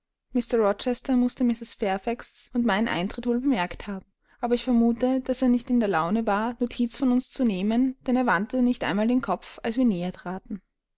mußte mrs fairfaxs und meinen eintritt wohl bemerkt haben aber ich vermute daß er nicht in der laune war notiz von uns zu nehmen denn er wandte nicht einmal den kopf als wir näher traten